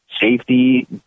safety